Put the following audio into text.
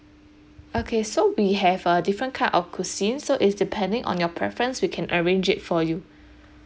okay so we have uh different kind of cuisine so it's depending on your preference we can arrange it for you